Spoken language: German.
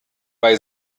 bei